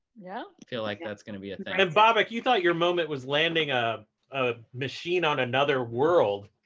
yeah. feel like that's going to be a thing. and bobak, you thought your moment was landing ah a machine on another world.